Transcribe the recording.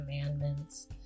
Commandments